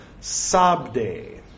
sabde